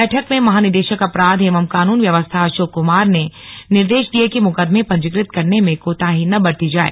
बैठक में महानिदेशक अपराध एवं कानून व्यवस्था अशोक कुमार ने निर्देश दिये कि मुकदमे पंजीकृत करने में कोताही न बरती जाए